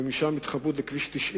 ומשם התחברות לכביש 90,